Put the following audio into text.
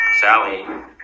Sally